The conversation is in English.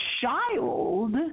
child